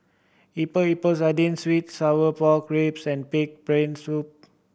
Epok Epok Sardin sweet sour pork ribs and pig brain soup